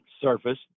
surface